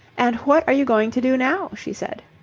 and what are you going to do now? she said.